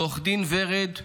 לעו"ד ורד וינדרמן,